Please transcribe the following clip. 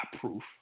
proof